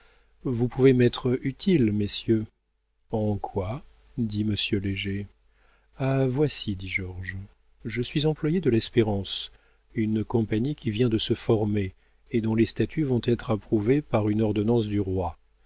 vous pouvez m'être utiles messieurs en quoi dit monsieur léger ah voici dit georges je suis employé de l'espérance une compagnie qui vient de se former et dont les statuts vont être approuvés par une ordonnance du roi